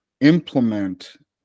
implement